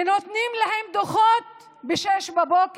ונותנים להם דוחות ב-06:00